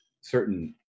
certain